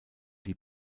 die